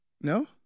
No